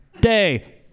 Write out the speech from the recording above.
day